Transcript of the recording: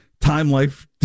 time-life